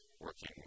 working